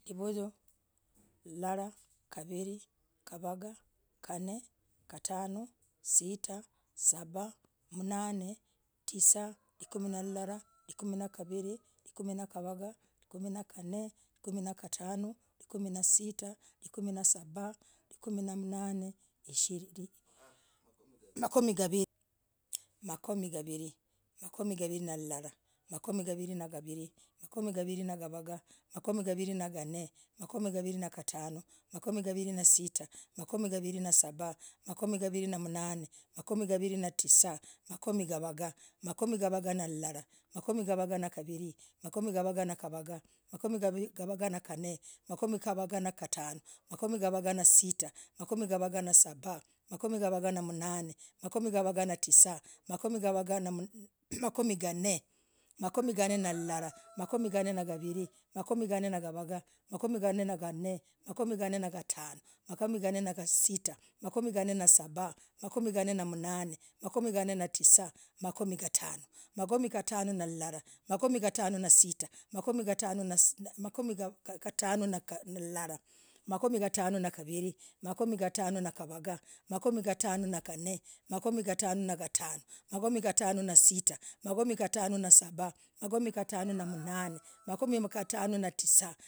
Livuyuu. lilah,. kavirii. kavagah. ganee. gatano sitah. Sabah, mnanee. tisaa, likumii nalurarah, likumii na gavirii, likumii na gavagah, likumii na gane likumii na gatano likumii na sitah makomii sabah likumii na mnane hishirinii makumiigavirii. makomiigavirii nalurarah, makumiigavirii na gavirii, makomiigavirii nagavagah, makumiigavirii na gan makumiigavirii na gatano makumiigavirii na sitah, makomiigavirii na sabah, makumiigavirii na mnan makumiigavirii na tisah. makumiigavagah makumiigavagah na lilakorah, makumiigavagah na gavirii, makumiigavagah na gavagah, makomiigavagah na gan makumiigavagah na gatano, makumiigavagah na sitah makumiigavagah na sabah makumiigavagah na mnane, makumiigavagah na tisah. makumii gan makumiigan na lularara. makumiigan na gavirii. makumiigan na gavagah. makumiigan na ganee. makumiigan na gatano. makumiigan nasitah makumiigan na sabah makumiigan na mnan makumiigan natisah makumiigatano makumiigatano na lularara. makumiigatano na gavirii. makumiigatano na gavagah, makumiigatano na gan makumiigatano na gatano makumiigatano na sitah, makomiigatano na sabah. makumiigatano na mnan makumiigatano na tisah